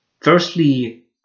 Firstly